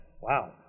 wow